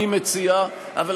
אני מציע, תביא הצעת חוק ממשלתית.